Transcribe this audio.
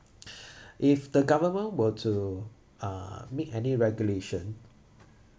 if the government were to uh make any regulation